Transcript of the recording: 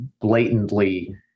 blatantly